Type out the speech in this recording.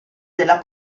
della